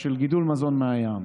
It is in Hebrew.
של גידול מזון מהים.